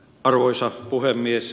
arvoisa puhemies